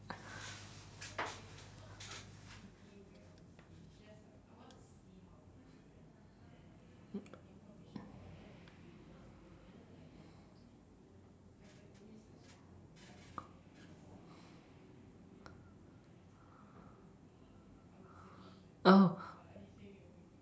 oh